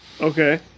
Okay